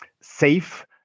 safe